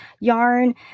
Yarn